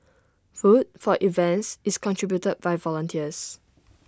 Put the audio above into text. food for events is contributed by volunteers